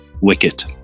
Wicket